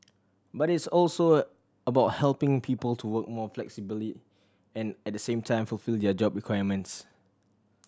but it's also about helping people to work more flexibly and at the same time fulfil their job requirements